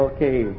Okay